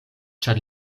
ĉar